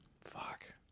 Fuck